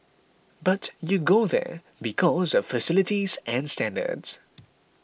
but you go there because of facilities and standards